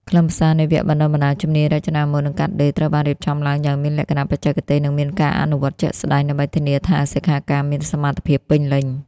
ខ្លឹមសារនៃវគ្គបណ្តុះបណ្តាលជំនាញរចនាម៉ូដ និងកាត់ដេរត្រូវបានរៀបចំឡើងយ៉ាងមានលក្ខណៈបច្ចេកទេស និងមានការអនុវត្តជាក់ស្តែង ដើម្បីធានាថាសិក្ខាកាមមានសមត្ថភាពពេញលេញ។